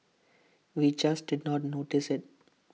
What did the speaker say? we just did not notice IT